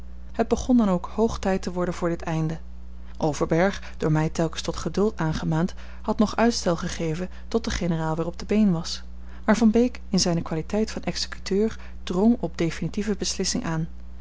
het begon dan ook hoog tijd te worden voor dit einde overberg door mij telkens tot geduld aangemaand had nog uitstel gegeven tot de generaal weer op de been was maar van beek in zijne kwaliteit van executeur drong op definitieve beslissing aan